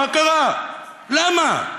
מה קרה, למה?